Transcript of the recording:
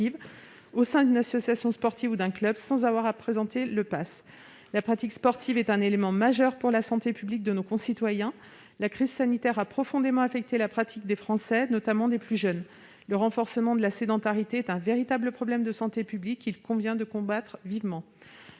au sein d'une association sportive ou d'un club, sans avoir à présenter de passe sanitaire. La pratique sportive est un élément majeur pour la santé publique de nos concitoyens. La crise sanitaire a profondément affecté la pratique des Français, notamment des plus jeunes. Le renforcement de la sédentarité est un véritable problème de santé publique, qu'il convient de combattre vivement.